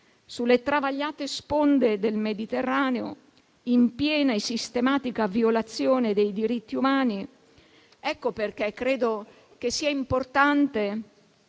sulle travagliate sponde del Mediterraneo, nella piena e sistematica violazione dei diritti umani. Ecco perché credo sia importante